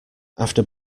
after